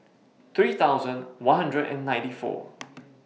three thousand one hundred and ninety four